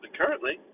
currently